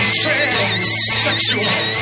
transsexual